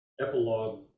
epilogue